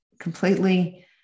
completely